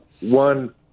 One